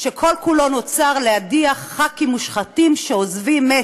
שכל-כולו נוצר להדיח ח"כים מושחתים שעוזבים את